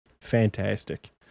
fantastic